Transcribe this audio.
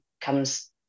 comes